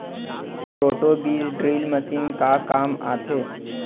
Roto बीज drill machine का काम आथे?